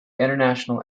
international